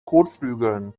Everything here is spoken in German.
kotflügeln